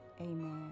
amen